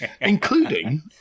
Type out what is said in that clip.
including